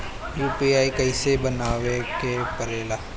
UPI कइसे बनावे के परेला?